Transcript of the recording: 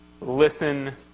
Listen